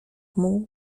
mógł